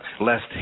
lest